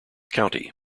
county